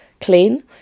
clean